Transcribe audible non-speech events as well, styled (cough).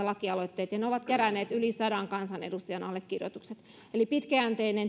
(unintelligible) lakialoitteet jotka ovat keränneet yli sadan kansanedustajan allekirjoitukset eli pitkäjänteistä (unintelligible)